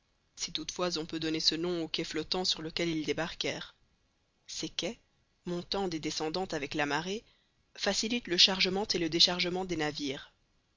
si toutefois on peut donner ce nom au quai flottant sur lequel ils débarquèrent ces quais montant et descendant avec la marée facilitent le chargement et le déchargement des navires